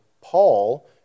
Paul